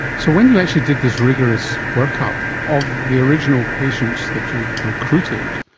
so when you actually did this rigorous workup of the original patients that you recruited,